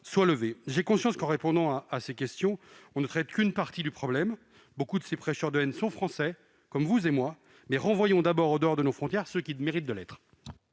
soient levés. J'ai conscience qu'en répondant à ces questions on ne traite qu'une partie du problème. Beaucoup de ces prêcheurs de haine sont Français, comme vous et moi, mais renvoyons déjà en dehors de nos frontières ceux qui méritent de l'être